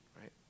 right